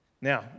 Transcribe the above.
Now